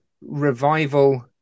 revival